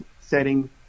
setting